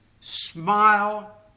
smile